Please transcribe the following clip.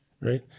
right